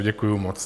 Děkuju moc.